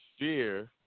fear